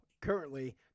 currently